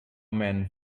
men